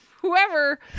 whoever